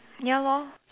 ya lor